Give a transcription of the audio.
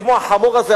כמו החמור הזה,